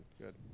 good